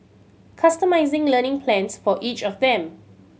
customising learning plans for each of them